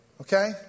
Okay